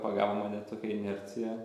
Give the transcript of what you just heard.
pagavo mane tokia inercija